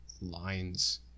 lines